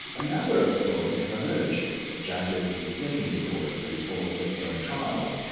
a number of stories have emerged of judges with sleeping disorders who fall asleep during trials,